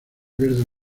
verde